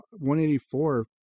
184